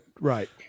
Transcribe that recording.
Right